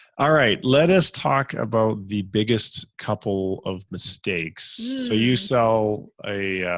all right. let us talk about the biggest couple of mistakes. so you sell a a,